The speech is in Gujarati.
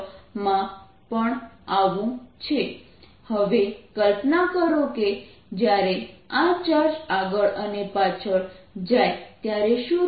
Total power q2 4 A212 π 0 c3 હવે કલ્પના કરો કે જ્યારે આ ચાર્જ આગળ અને પાછળ જાય ત્યારે શું થશે